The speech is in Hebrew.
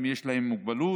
אם יש להם מוגבלות,